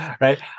Right